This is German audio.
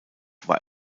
war